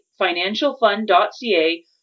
financialfund.ca